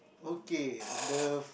okay the